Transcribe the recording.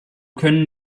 können